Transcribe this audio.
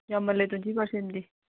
ꯌꯥꯝꯃꯜꯂꯦ twenty ꯄꯥꯔꯁꯦꯟꯗꯤ